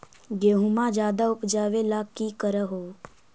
गेहुमा ज्यादा उपजाबे ला की कर हो?